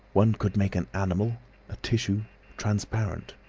one could make an animal a tissue transparent!